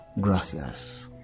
Gracias